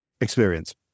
experience